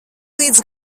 līdz